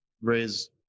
raise